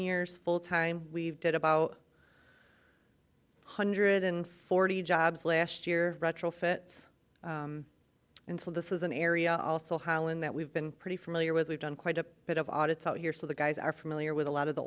years full time we've had about hundred and forty jobs last year retrofits and so this is an area also holland that we've been pretty familiar with we've done quite a bit of audits out here so the guys are familiar with a lot of the